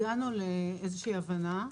הגענו לאיזושהי הבנה.